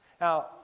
Now